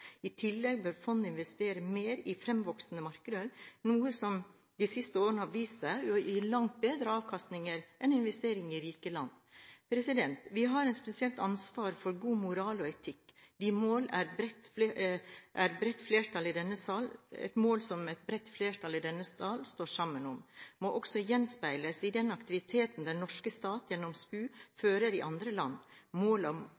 I tillegg bør fondet investere mer i fremvoksende markeder, noe som de siste årene har vist seg å gi langt bedre avkastning enn investeringer i rike land. Vi har et spesielt ansvar for god moral og etikk. De mål som et bredt flertall i denne sal står sammen om, må også gjenspeiles i den aktiviteten den norske stat, gjennom SPU, fører i andre land. Målet om